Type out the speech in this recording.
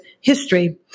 history